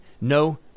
No